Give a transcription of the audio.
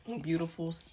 Beautiful